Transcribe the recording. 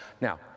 Now